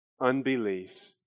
Unbelief